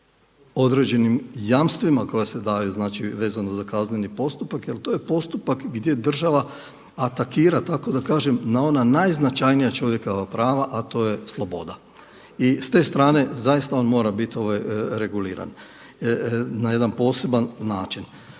o određenim jamstvima koja se daju vezano za kazneni postupak jel to je postupak gdje država atakira tako da kažem, na ona najznačajnija čovjekova prava, a to je sloboda. I s te strane zaista on mora biti reguliran na jedan poseban način.